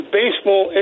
baseball